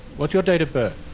what's your date of birth?